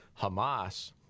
Hamas